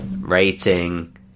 Rating